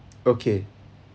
okay